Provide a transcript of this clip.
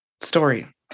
story